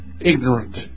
ignorant